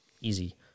easy